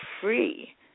free